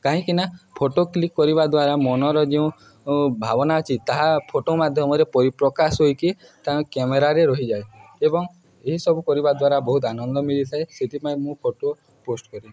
କାହିଁକିନା photo click କରିବା ଦ୍ୱାରା ମନର ଯେଉଁ ଭାବନା ଅଛି ତାହା ଫଟୋ ମାଧ୍ୟମରେ ପରିପ୍ରକାଶ ହୋଇକି ତାହା କ୍ୟାମେରାରେ ରହିଯାଏ ଏବଂ ଏହିସବୁ କରିବା ଦ୍ୱାରା ବହୁତ ଆନନ୍ଦ ମିଳିଥାଏ ସେଥିପାଇଁ ମୁଁ ଫଟୋ ପୋଷ୍ଟ୍ କରେ